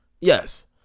yes